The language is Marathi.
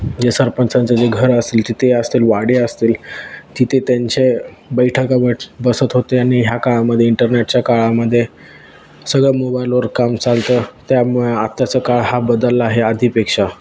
जे सरपंचांचं जे घर असतील तिथे असतील वाडे असतील तिथे त्यांचे बैठका बट बसत होते आणि ह्या काळामध्ये इंटरनेटच्या काळामध्ये सगळं मोबाईलवर काम चालतं त्यामुळे आत्ताचा काळ हा बदलला आहे आधी पेक्षा